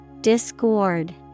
Discord